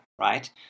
Right